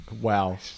Wow